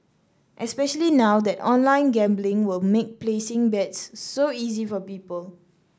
especially now that online gambling will make placing bets so easy for people